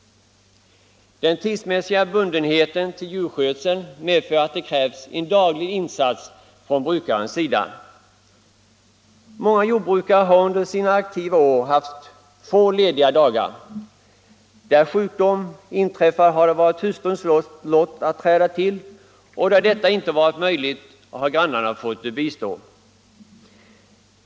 Den tidsmässiga bundenheten till djurskötsel medför att det krävs en daglig insats från brukarens sida. Många jordbrukare har under sina aktiva år haft få lediga dagar. Där sjukdom inträffat har det varit hustruns lott att träda till, och där detta inte varit möjligt har grannar fått bistå.